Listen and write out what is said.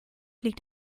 liegt